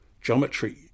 Geometry